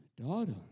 Daughter